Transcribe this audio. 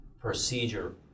procedure